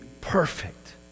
perfect